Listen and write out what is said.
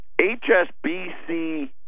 HSBC